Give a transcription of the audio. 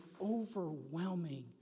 overwhelming